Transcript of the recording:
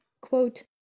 Quote